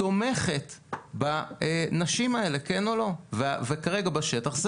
תומכת בנשים האלה כן או לא וכרגע בשטח,